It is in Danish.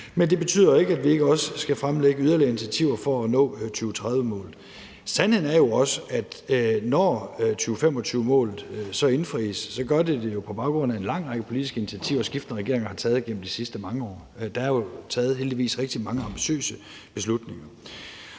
men det betyder ikke, at vi ikke også skal fremlægge yderligere initiativer til at nå 2030-målet. Sandheden er jo også, at når 2025-målet så indfries, så sker det jo på baggrund af en lang række politiske initiativer, skiftende regeringer har taget igennem de sidste mange år. Der er jo heldigvis truffet rigtig mange ambitiøse beslutninger.